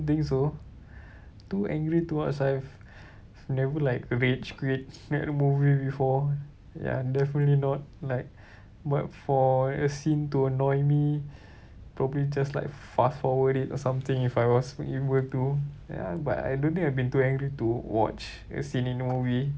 think so too angry to watch I've never like raged at a movie before ya definitely not like but for a scene to annoy me probably just like fast forward it or something if I was able to ya but I don't think I've been too angry to watch a scene in a movie